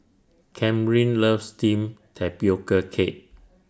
Kamryn loves Steamed Tapioca Cake